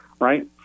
Right